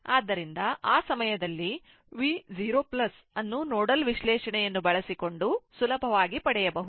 ಆದ್ದರಿಂದ ಆ ಸಮಯದಲ್ಲಿ V 0 ಅನ್ನು ನೋಡಲ್ ವಿಶ್ಲೇಷಣೆಯನ್ನು ಬಳಸಿಕೊಂಡು ಸುಲಭವಾಗಿ ಪಡೆಯಬಹುದು